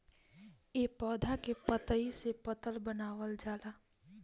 ए पौधा के पतइ से पतल बनावल जाला